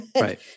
Right